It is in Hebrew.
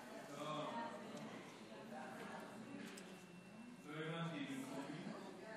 ההצעה להעביר את הצעת חוק השעיה או